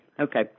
Okay